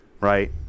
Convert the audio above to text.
right